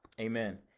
Amen